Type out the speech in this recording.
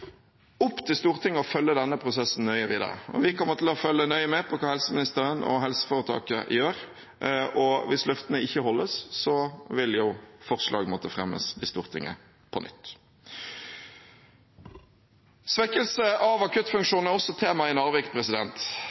opp til Stortinget å følge denne prosessen nøye videre. Vi kommer til å følge nøye med på hva helseministeren og helseforetaket gjør. Hvis løftene ikke holdes, vil forslag måtte fremmes i Stortinget på nytt. Svekkelse av akuttfunksjonen er også tema i Narvik.